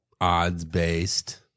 odds-based